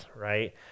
right